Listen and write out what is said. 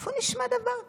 איפה נשמע דבר כזה?